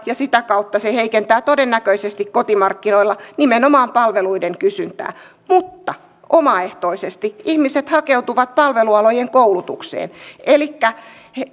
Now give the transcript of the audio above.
ja sitä kautta se heikentää todennäköisesti kotimarkkinoilla nimenomaan palveluiden kysyntää mutta omaehtoisesti ihmiset hakeutuvat palvelualojen koulutukseen elikkä